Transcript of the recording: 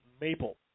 Maple